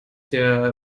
der